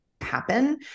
happen